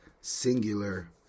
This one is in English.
singular